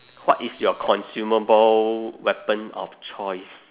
what is your consumable weapon of choice